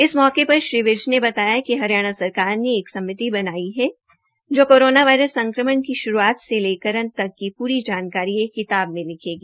इस मौके पर श्री विज ने बताया कि हरियाणा सरकार ने एक समिति बनाई है जो कोरोना वायरस संक्रमण की श्रूआत से लेकर अंत कत की पूरी जानकारी एक किताब में लिखेगी